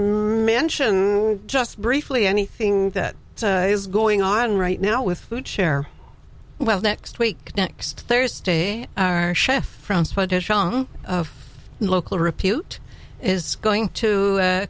mention just briefly anything that is going on right now with food share well next week next thursday chef from local repute is going to